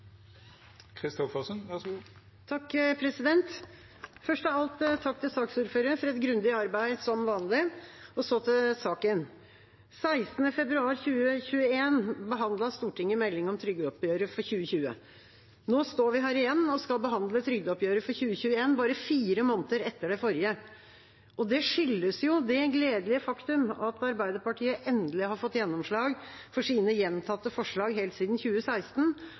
Først av alt: Takk til saksordføreren for et grundig arbeid, som vanlig. Så til saken: 16. februar 2021 behandlet Stortinget melding om trygdeoppgjøret for 2020. Nå står vi her igjen og skal behandle trygdeoppgjøret for 2021, bare fire måneder etter det forrige. Det skyldes det gledelige faktum at Arbeiderpartiet endelig har fått gjennomslag for sine gjentatte forslag helt siden 2016